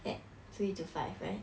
at three to five right